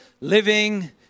living